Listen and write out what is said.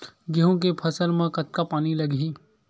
गेहूं के फसल म कतका पानी लगही?